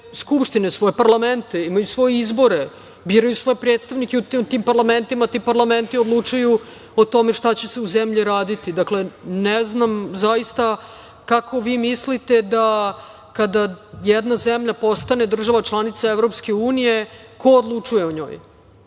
skupštine, svoje parlamente, imaju svoje izbore, biraju svoje predstavnike u tim parlamentima, ti parlamenti odlučuju o tome šta će se u zemlji raditi. Dakle, zaista ne znam kako vi mislite da kada jedna zemlja postane država članice Evropske unije ko odlučuje o njoj.